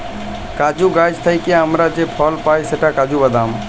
কাজু গাহাচ থ্যাইকে আমরা যে ফল পায় সেট কাজু বাদাম